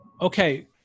okay